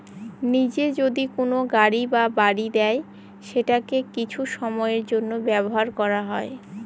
নিজে যদি কোনো গাড়ি বা বাড়ি দেয় সেটাকে কিছু সময়ের জন্য ব্যবহার করা হয়